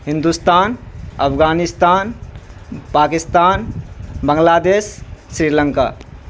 Hindustan Afghanistan Pakistan Bangladesh Sri Lanka